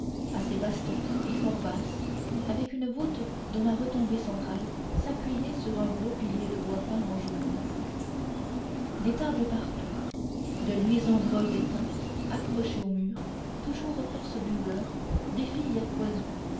assez vaste et fort basse avec une voûte dont la retombée centrale s'appuyait sur un gros pilier de bois peint en jaune des tables partout de luisants brocs d'étain accrochés au mur toujours force buveurs des filles à foison